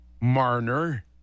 Marner